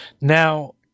Now